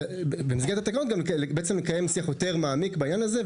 במסגרת התקנות לקיים שיח מעמיק בעניין הזה,